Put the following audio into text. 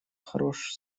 хорош